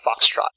Foxtrot